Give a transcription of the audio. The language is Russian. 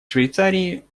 швейцарии